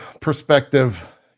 perspective